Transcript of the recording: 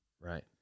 Right